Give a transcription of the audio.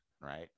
right